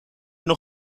nog